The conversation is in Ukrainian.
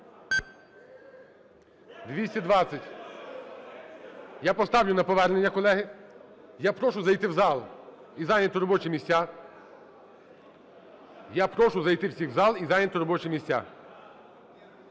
За-220 Я поставлю на повернення, колеги. Я прошу зайти в зал і зайняти робочі місця. Я прошу зайти всіх в зал і зайняти робочі місця.